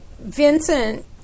Vincent